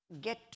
get